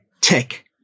tech